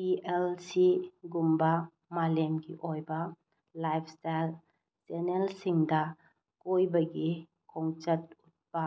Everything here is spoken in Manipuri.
ꯇꯤ ꯑꯦꯜ ꯁꯤꯒꯨꯝꯕ ꯃꯥꯂꯦꯝꯒꯤ ꯑꯣꯏꯕ ꯂꯥꯏꯐ ꯏꯁꯇꯥꯏꯜ ꯄꯦꯅꯦꯜꯁꯤꯡꯗ ꯀꯣꯏꯕꯒꯤ ꯈꯣꯡꯆꯠ ꯎꯠꯄ